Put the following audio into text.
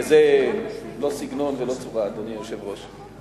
זה לא סגנון, ולא צורה, אדוני היושב-ראש.